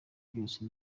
byose